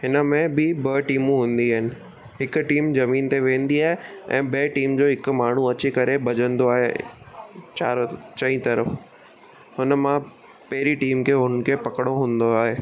हिन में बि ॿ टीमूं हूंदी आहिनि हिकु टीम ज़मीन ते वेंदी आ ऐं ॿे टीम जो हिकु माण्हू अची करे भॼंदो आहे चारो चई तर्फ़ु हुन मां पहिरीं टीम खे हुननि खे पकिड़णो हूंदो आहे